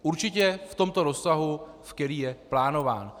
Určitě v tomto rozsahu, v kterém je plánován.